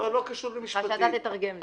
אתה תתרגם לי.